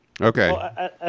Okay